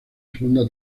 segunda